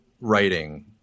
writing